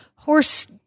Horse